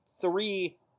three